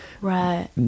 right